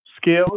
skills